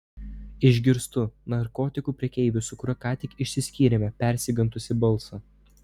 išgirstu narkotikų prekeivio su kuriuo ką tik išsiskyrėme persigandusį balsą